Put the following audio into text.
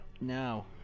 now